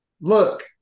Look